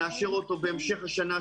נאשר אותו בהמשך השנה,